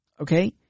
Okay